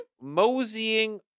moseying